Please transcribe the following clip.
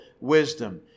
wisdom